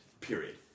Period